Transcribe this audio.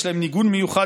יש להם ניגון מיוחד,